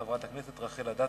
חברת הכנסת רחל אדטו.